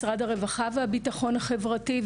משרד הרווחה והביטחון החברתי,